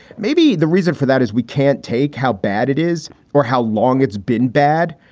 maybe the reason for that is we can't take how bad it is or how long it's been bad.